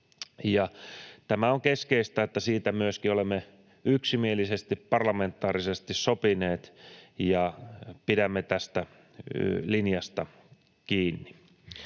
Tämä on keskeistä, että siitä myöskin olemme yksimielisesti parlamentaarisesti sopineet ja pidämme tästä linjasta kiinni.